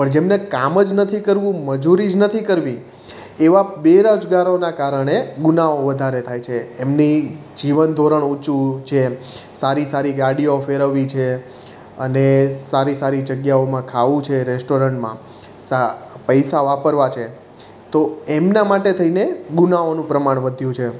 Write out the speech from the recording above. પણ જેમને કામ જ નથી કરવું મજૂરી જ નથી કરવી એવા બેરોજગારોનાં કારણે ગુનાઓ વધારે થાય છે એમની જીવન ધોરણ ઊંચું જેમ સારી સારી ગાડીઓ ફેરવવી છે અને સારી સારી જગ્યાઓમાં ખાવું છે રેસ્ટોરન્ટમાં પૈસા વાપરવા છે તો એમના માટે થઈને ગુનાઓનું પ્રમાણ વધ્યું છે